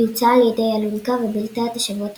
היא הוצאה על ידי אלונקה ובילתה את השבועות